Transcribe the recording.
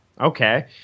Okay